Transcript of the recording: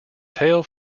tail